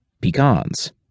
pecans